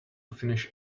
finish